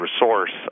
resource